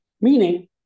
meaning